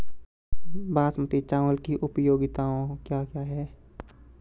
बासमती चावल की उपयोगिताओं क्या क्या हैं?